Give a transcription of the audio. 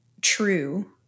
true